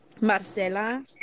Marcela